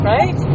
Right